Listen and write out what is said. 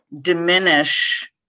diminish